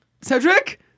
Cedric